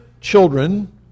children